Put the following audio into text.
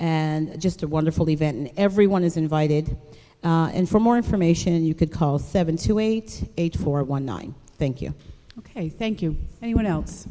and just a wonderful event and everyone is invited and for more information you could call seven to eight eight four one nine thank you ok thank you everyone else